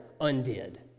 undid